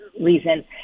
reason